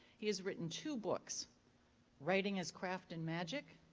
he has written two books writing as craft and magic.